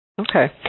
Okay